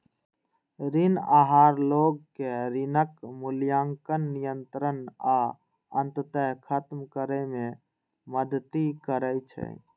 ऋण आहार लोग कें ऋणक मूल्यांकन, नियंत्रण आ अंततः खत्म करै मे मदति करै छै